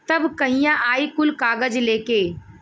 तब कहिया आई कुल कागज़ लेके?